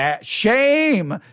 shame